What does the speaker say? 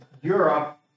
Europe